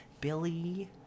Billy